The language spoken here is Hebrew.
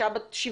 אישה בת 70,